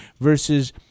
versus